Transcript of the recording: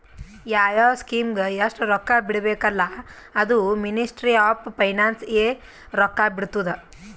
ಯಾವ್ ಯಾವ್ ಸ್ಕೀಮ್ಗ ಎಸ್ಟ್ ರೊಕ್ಕಾ ಬಿಡ್ಬೇಕ ಅಲ್ಲಾ ಅದೂ ಮಿನಿಸ್ಟ್ರಿ ಆಫ್ ಫೈನಾನ್ಸ್ ಎ ರೊಕ್ಕಾ ಬಿಡ್ತುದ್